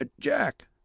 Jack